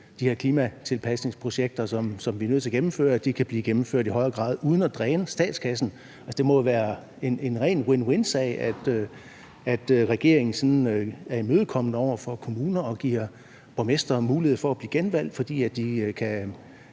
de her klimatilpasningsprojekter, som vi er nødt til at gennemføre, kan blive gennemført i højere grad og uden at dræne statskassen. Altså, det må jo være en ren win-win-sag, at regeringen sådan er imødekommende over for kommunerne og giver borgmestre mulighed for at blive genvalgt, fordi de kan